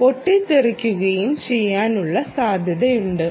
പൊട്ടിത്തെറിക്കുകയും ചെയ്യാനുള്ള സാധ്യതയുണ്ട്